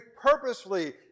purposefully